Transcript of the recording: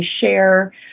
share